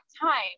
time